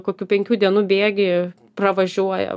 kokių penkių dienų bėgy pravažiuoja